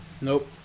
Nope